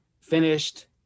finished